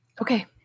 Okay